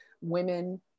women